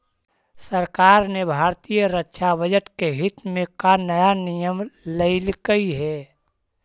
सरकार ने भारतीय रक्षा बजट के हित में का नया नियम लइलकइ हे